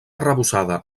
arrebossada